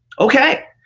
okay.